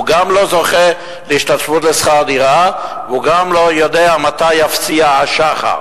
הוא גם לא זוכה להשתתפות בשכר דירה והוא גם לא יודע מתי יפציע השחר.